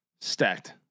stacked